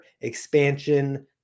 expansion